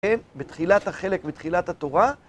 בתחילת החלק, בתחילת התורה.